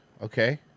okay